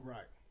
Right